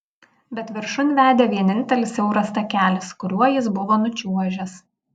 bet viršun vedė vienintelis siauras takelis kuriuo jis buvo nučiuožęs